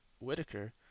Whitaker